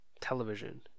television